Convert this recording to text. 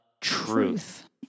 truth